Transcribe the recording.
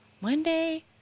Monday